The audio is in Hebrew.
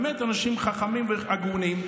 באמת אנשים חכמים והגונים,